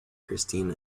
christine